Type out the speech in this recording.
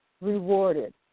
Rewarded